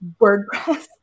WordPress